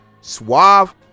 Suave